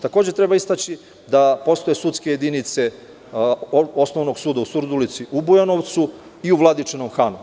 Takođe treba istaći da postoje sudske jedinice Osnovnog suda u Surdulici u Bujanovcu i u Vladičinom Hanu.